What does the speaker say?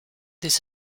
this